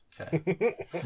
Okay